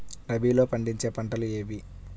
రబీలో పండించే పంటలు ఏవి?